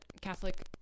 Catholic